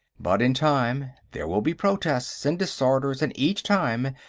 but in time there will be protests, and disorders, and each time,